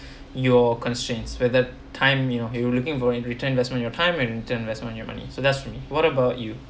your constraints where the time you know you were looking for in return investment your time and return investment your money so that's for me what about you